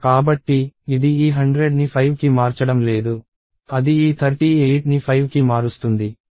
కాబట్టి ఇది ఈ 100ని 5కి మార్చడం లేదు అది ఈ 38ని 5కి మారుస్తుంది